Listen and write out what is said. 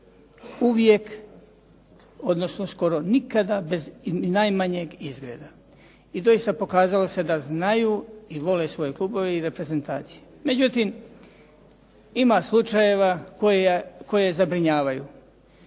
uvijek odnosno skoro nikada, bez ni najmanjeg izgleda. I doista pokazalo se da znaju i vole svoje klubove i reprezentacije. Međutim ima slučajeva koje zabrinjavaju.